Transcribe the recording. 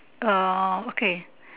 uh okay